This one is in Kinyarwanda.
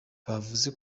bavuze